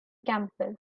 campbell